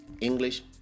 English